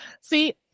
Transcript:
See